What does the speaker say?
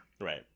right